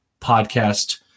podcast